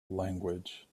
language